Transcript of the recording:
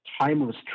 timeless